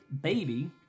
baby